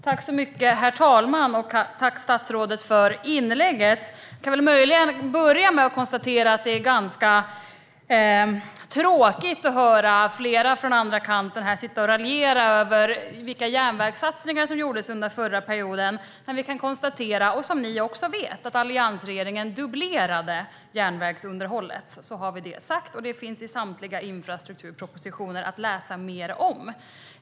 Herr talman! Jag tackar statsrådet för inlägget. Jag kan börja med att konstatera att det är ganska tråkigt att höra flera från den andra kanten raljera över vilka järnvägssatsningar som gjordes under den förra mandatperioden. Som ni vet dubblerade alliansregeringen järnvägsunderhållet - så har vi det sagt. Det finns att läsa mer om i samtliga infrastrukturpropositioner.